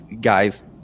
guys